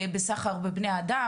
בסחר בבני אדם,